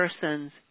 persons